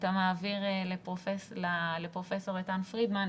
כשאתה מעביר לפרופ' איתן פרידמן,